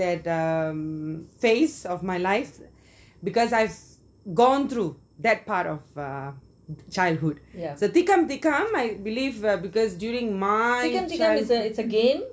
that uh phase of my life because I've gone through that part of uh childhood so tikam tikam I believe because during my childhood